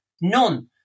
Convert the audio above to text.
None